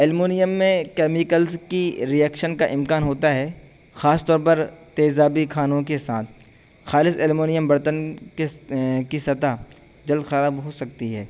aluminium میں chemicals کی reaction کا امکان ہوتا ہے خاص طور پر تیزابی کھانوں کے ساتھ خالص المونیم برتن کس کی سطح جلد خراب ہو سکتی ہے